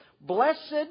Blessed